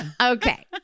okay